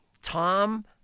Tom